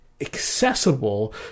accessible